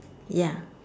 ya